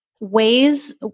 ways